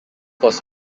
was